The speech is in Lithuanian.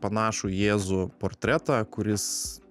panašų į jėzų portretą kuris